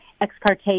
ex-parte